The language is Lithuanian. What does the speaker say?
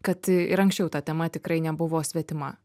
kad ir anksčiau ta tema tikrai nebuvo svetima